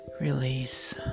release